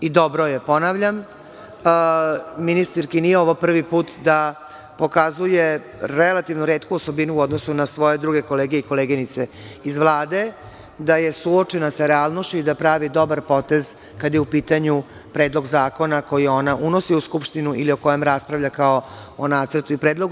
I dobro je, ponavljam, ministarki nije ovo prvi put da pokazuje relativno retku osobinu u odnosu na svoje druge kolege i koleginice iz Vlade, da je suočena sa realnošću i da pravi dobar potez kada je u pitanju predlog zakona koji ona unosi u Skupštinu ili o kojem raspravlja kao o nacrtu i predlogu.